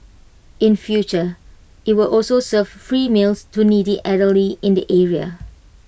in future IT will also serve free meals to needy elderly in the area